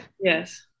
Yes